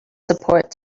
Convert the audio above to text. support